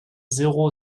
zéro